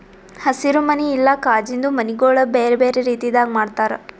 ಹಸಿರು ಮನಿ ಇಲ್ಲಾ ಕಾಜಿಂದು ಮನಿಗೊಳ್ ಬೇರೆ ಬೇರೆ ರೀತಿದಾಗ್ ಮಾಡ್ತಾರ